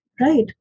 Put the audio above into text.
Right